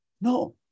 No